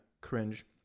cringe